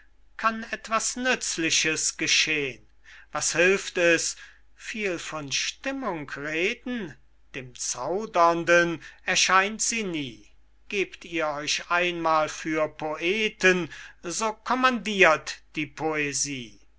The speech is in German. kann etwas nützliches geschehn was hilft es viel von stimmung reden dem zaudernden erscheint sie nie gebt ihr euch einmal für poeten so kommandirt die poesie